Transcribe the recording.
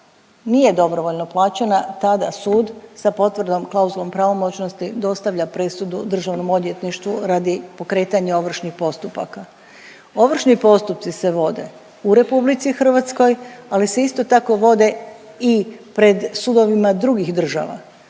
nije dobrovoljno plaćena, tada sud sa potvrdom, klauzulom pravomoćnosti dostavlja presudu DORH-u radi pokretanja ovršnih postupaka. Ovršni postupci se vode u RH, ali se isto tako vode i pred sudovima drugih država